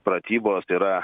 pratybos yra